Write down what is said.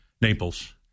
Naples